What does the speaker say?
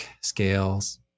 scales